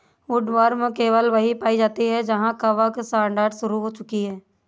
woodworm केवल वहीं पाई जाती है जहां कवक सड़ांध शुरू हो चुकी है